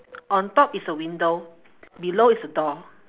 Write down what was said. on top it's a window below it's a door